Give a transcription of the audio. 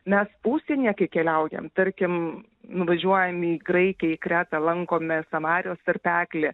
mes užsienyje kai keliaujam tarkim nuvažiuojam į graikiją į kretą lankome samarijos tarpeklį